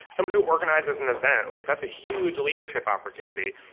someone who organizes an event, like that's a huge leadership opportunity.